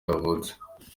yavutse